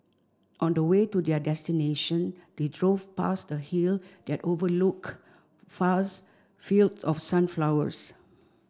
on the way to their destination they drove past a hill that overlooked fast fields of sunflowers